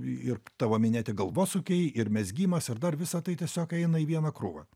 ir tavo minėti galvosūkiai ir mezgimas ir dar visa tai tiesiog eina į vieną krūvą